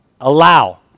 allow